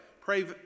pray